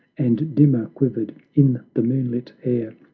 and dimmer quivered in the moonlit air,